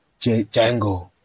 Django